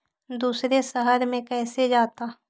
दूसरे शहर मे कैसे जाता?